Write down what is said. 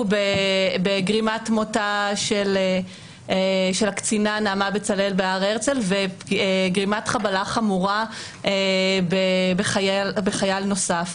בגרימת מותה של הקצינה נעמה בצלאל בהר הרצל וגרימת וחבלה חמורה בחייל נוסף.